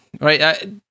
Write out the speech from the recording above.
right